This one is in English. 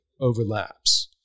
overlaps